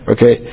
Okay